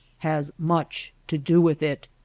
has much to do with it.